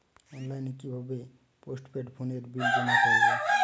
অনলাইনে কি ভাবে পোস্টপেড ফোনের বিল জমা করব?